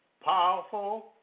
Powerful